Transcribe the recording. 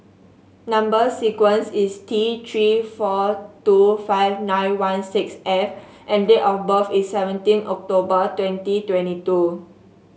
number sequence is T Three four two five nine one six F and date of birth is seventeen October twenty twenty two